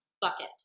Bucket